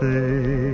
Say